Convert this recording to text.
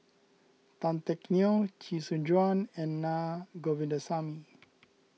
Tan Teck Neo Chee Soon Juan and Na Govindasamy